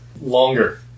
Longer